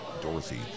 Dorothy